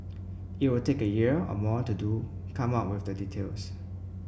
it will take a year or more to do come up with the details